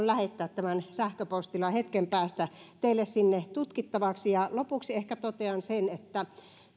lähettää tämän sähköpostilla hetken päästä teille sinne tutkittavaksi lopuksi totean että